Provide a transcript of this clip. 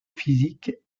physique